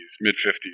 mid-50s